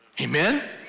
Amen